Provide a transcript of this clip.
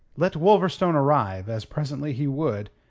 let wolverstone arrive, as presently he would,